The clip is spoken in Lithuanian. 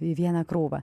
į vieną krūvą